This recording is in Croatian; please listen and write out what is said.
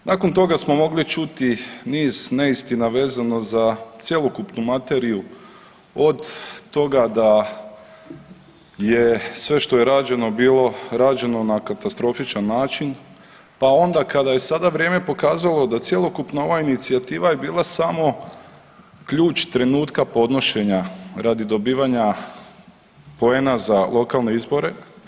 Nakon toga smo mogli čuti niz neistina vezano za cjelokupnu materiju od toga da je sve što je rađeno bilo rađeno na katastrofičan način, pa onda kada je sada vrijeme pokazalo da cjelokupna ova inicijativa je bila samo ključ trenutka podnošenja radi dobivanja poena za lokalne izbore.